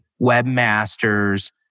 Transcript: webmasters